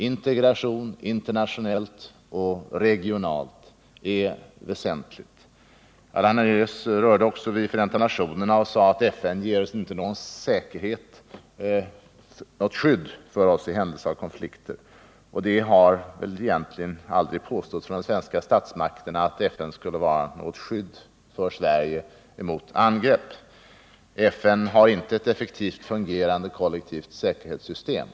Integration internationellt och regionalt är någonting väsentligt. Allan Hernelius rörde också vid frågan om Förenta nationerna och sade att FN inte ger oss något skydd i händelse av konflikter. Men de svenska statsmakterna har väl egentligen aldrig påstått att FN skulle vara något skydd för Sverige mot angrepp. FN har ju inte ett effektivt fungerande kollektivt säkerhetssystem.